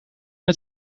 het